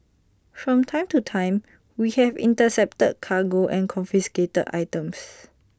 from time to time we have intercepted cargo and confiscated items